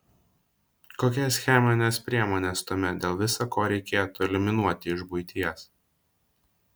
kokias chemines priemones tuomet dėl visa ko reikėtų eliminuoti iš buities